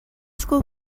school